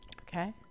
Okay